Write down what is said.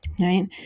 right